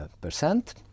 percent